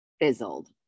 fizzled